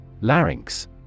Larynx